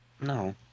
No